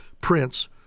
Prince